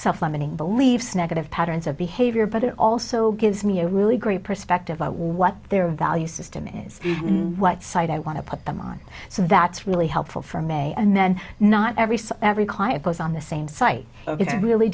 limiting beliefs negative patterns of behavior but it also gives me a really great perspective on what their value system is what side i want to put them on so that's really helpful for me and then not every so every client goes on the same site it's really